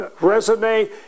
resume